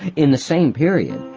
in the same period,